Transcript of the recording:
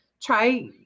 try